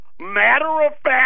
matter-of-fact